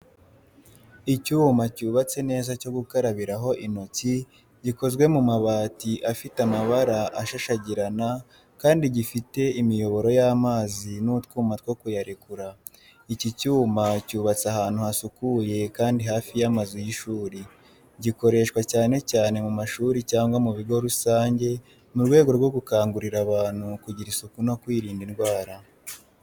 Icyuma cyubatse neza cyo gukarabiraho intoki, gikozwe mu mabati afite amabara ashashagirana kandi gifite imiyoboro y’amazi n’utwuma two kuyarekura. Iki cyuma cyubatse ahantu hasukuye kandi hafi y’amazu y’ishuri. Gikoreshwa cyane cyane mu mashuri cyangwa mu bigo rusange mu rwego rwo gukangurira abantu kugira isuku no kwirinda indwara.